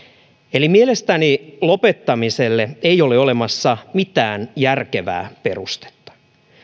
eli mielestäni lopettamiselle ei ole olemassa mitään järkevää perustetta